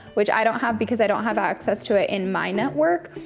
which i don't have because i don't have access to it in my network,